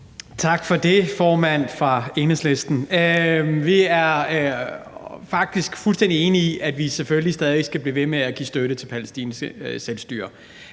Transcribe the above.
Tak for det, formand fra Enhedslisten. Vi er faktisk fuldstændig enige i, at vi selvfølgelig stadig skal blive ved med at give støtte til Palæstinas selvstyre,